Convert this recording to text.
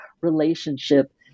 relationship